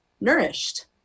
nourished